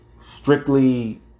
strictly